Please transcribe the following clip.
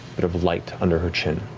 bit of light under her chin.